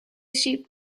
sheep